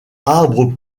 arbre